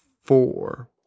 four